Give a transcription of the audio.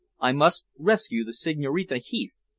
i must rescue the signorina heath.